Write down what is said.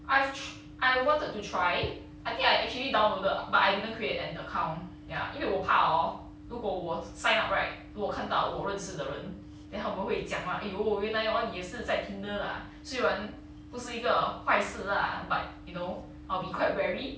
I I wanted to try I think I actually downloaded but I didn't create an account ya 因为我怕 orh 如果我 sign up right 如果我看到我认识的人 then 他们会讲 lah !aiyo! 原来 orh 你也是在 tinder lah 虽然不是一个坏事 lah but you know I'll be quite wary